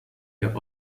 der